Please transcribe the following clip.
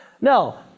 No